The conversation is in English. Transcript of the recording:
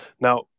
now